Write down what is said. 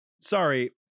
sorry